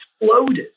exploded